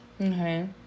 Okay